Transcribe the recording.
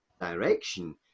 direction